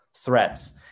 threats